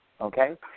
okay